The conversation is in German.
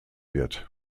wird